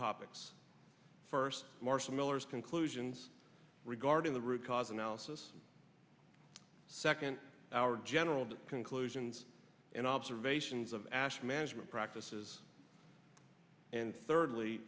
topics first marshall miller's conclusions regarding the root cause analysis second our general conclusions and observations of ash management practices and